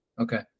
okay